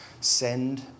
send